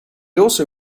also